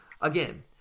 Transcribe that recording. Again